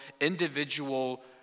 individual